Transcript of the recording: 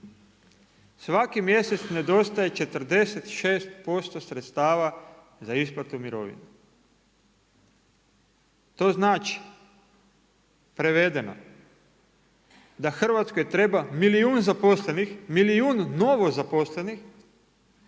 Svaki mjesec nedostaje 46% sredstava za isplatu mirovine. To znači, prevedeno, da Hrvatskoj treba milijun zaposlenih, milijun novozaposlenih,